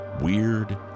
weird